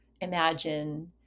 imagine